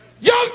young